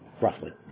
roughly